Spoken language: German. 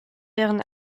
deren